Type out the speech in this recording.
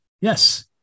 Yes